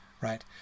right